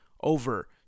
over